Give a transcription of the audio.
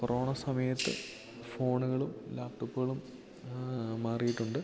corona സമയത്ത് ഫോണ്കളും ലാപ്ടോപ്പ്കളും മാറിയിട്ടുണ്ട്